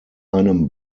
einem